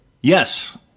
Yes